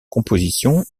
composition